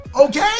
okay